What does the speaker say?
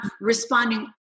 responding